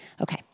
Okay